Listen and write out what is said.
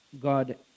God